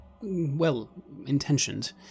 well-intentioned